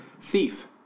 Thief